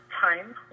time